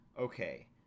okay